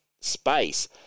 space